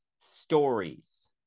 stories